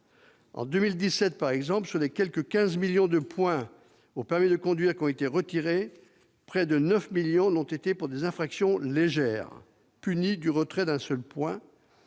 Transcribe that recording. En 2017, par exemple, sur les quelque 15 millions de points de permis de conduire qui ont été retirés, près de 9 millions l'ont été pour des infractions légères, punies du retrait d'un seul point.